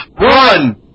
Run